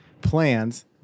plans